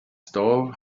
stall